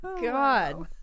God